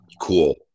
cool